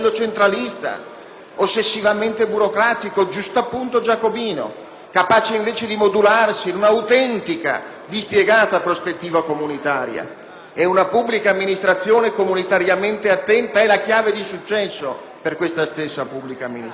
ossessivamente burocratico, giustappunto giacobino - capace di modularsi in un'autentica, dispiegata prospettiva comunitaria. Una pubblica amministrazione comunitariamente attenta è la chiave di successo per questa stessa pubblica amministrazione.